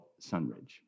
Sunridge